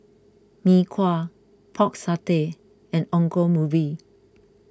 Mee Kuah Pork Satay and Ongol